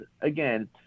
again